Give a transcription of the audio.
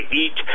eat